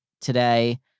today